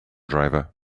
driver